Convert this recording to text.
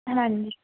ਹਾਂਜੀ